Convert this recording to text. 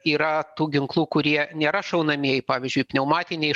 yra tų ginklų kurie nėra šaunamieji pavyzdžiui pneumatiniai